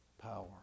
power